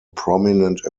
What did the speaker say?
prominent